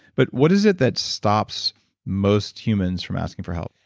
but what is it that stops most humans from asking for help?